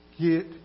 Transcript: get